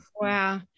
Wow